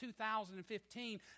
2015